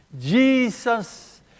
Jesus